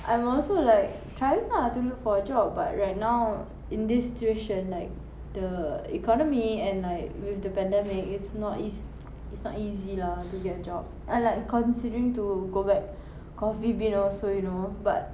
I am also like trying lah to look for a job but right now in this situation like the economy and like with the pandemic it's not eas~ it's not easy lah to get a job I like considering to go back Coffee Bean also you know but